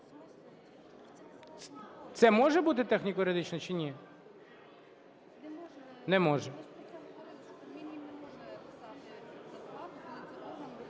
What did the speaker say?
Це може бути техніко-юридичні чи ні? Не може.